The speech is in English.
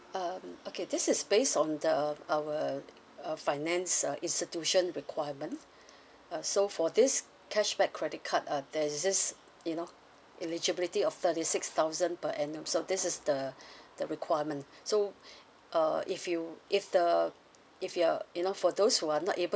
um okay this is based on the our uh finance uh institution requirement uh so for this cashback credit card uh there's this you know eligibility of thirty six thousand per annum so this is the the requirement so uh if you if the if you're you know for those who are not able